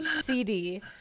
CD